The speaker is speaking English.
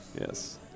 Yes